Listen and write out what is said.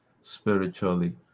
spiritually